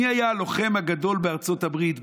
מי היה הלוחם הגדול בארצות הברית,